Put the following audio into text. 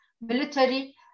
military